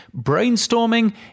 Brainstorming